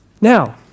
Now